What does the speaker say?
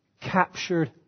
Captured